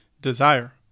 desire